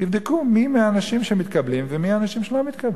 תבדקו מי האנשים שמתקבלים ומי האנשים שלא מתקבלים.